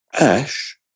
ash